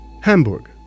Hamburg